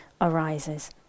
arises